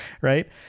Right